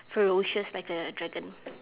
ferocious like a dragon